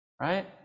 Right